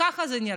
ככה זה נראה.